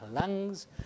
lungs